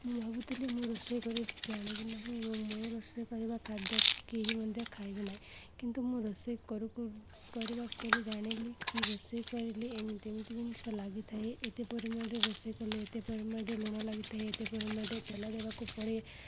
ମୁଁ ଭାବୁଥିଲି ମୁଁ ରୋଷେଇ କରି ଜାଣିବି ନାହିଁ ଏବଂ ମୁଁ ରୋଷେଇ କରିବା ଖାଦ୍ୟ କେହି ମଧ୍ୟ ଖାଇବେ ନାହିଁ କିନ୍ତୁ ମୁଁ ରୋଷେଇ କରୁ କରୁ କରିବା ପରେ ଜାଣିଲି କି ରୋଷେଇ କରିଲେ ଏମିତି ଏମିତି ଜିନିଷ ଲାଗିଥାଏ ଏତେ ପରିମାଣରେ ରୋଷେଇ କଲେ ଏତେ ପରିମାଣରେ ଲୁଣ ଲାଗିଥାଏ ଏତେ ପରିମାଣରେ ତେଲ ଦେବାକୁ ପଡ଼େ